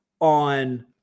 on